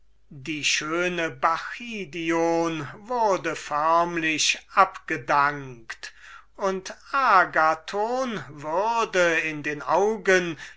die schöne bacchidion wurde förmlich abgedankt und agathon würde in den augen